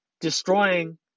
destroying